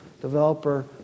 developer